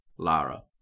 Lara